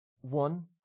one